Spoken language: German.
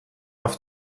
auf